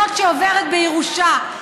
זאת שעוברת בירושה.